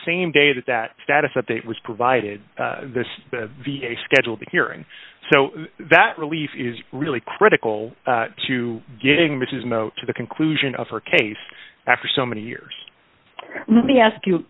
same day that that status update was provided the v a scheduled the hearing so that relief is really critical to getting machismo to the conclusion of her case after so many years the ask you